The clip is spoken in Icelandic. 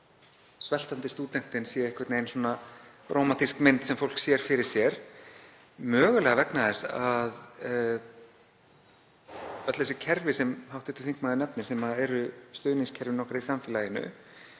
Sveltandi stúdentinn sé einhvern veginn rómantísk mynd sem fólk sér fyrir sér, mögulega vegna þess að öll þessi kerfi sem hv. þingmaður nefnir, sem eru stuðningskerfin okkar í samfélaginu,